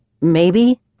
Maybe